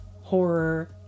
horror